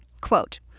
Quote